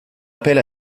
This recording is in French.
appel